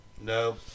No